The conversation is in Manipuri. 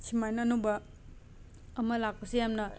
ꯁꯨꯃꯥꯏꯅ ꯑꯅꯧꯕ ꯑꯃ ꯂꯥꯛꯄꯁꯦ ꯌꯥꯝꯅ